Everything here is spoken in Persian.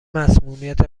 مصمومیت